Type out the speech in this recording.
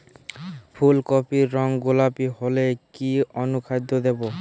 ফুল কপির রং গোলাপী হলে কি অনুখাদ্য দেবো?